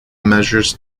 measures